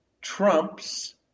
trumps